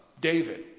David